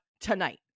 tonight